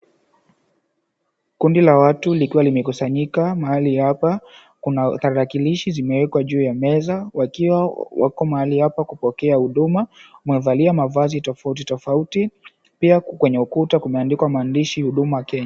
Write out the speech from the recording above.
Kundi la watu likiwa limekusanyika mahali hapa. Kuna tarakilishi zimewekwa juu ya meza, wakiwa wako mahali hapa kupokea huduma. Wamevalia mavazi tofauti tofauti. Pia kwenye ukuta kumeandikwa maandishi, Huduma Kenya.